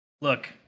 look